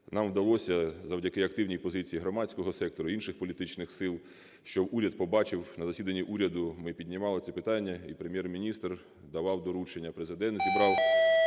Нам вдалося завдяки активній позиції громадського сектору, інших політичних сил, що уряд побачив, на засіданні уряду ми піднімали це питання, і Прем’єр-міністр давав доручення, Президент зібрав…